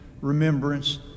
remembrance